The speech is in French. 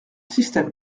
système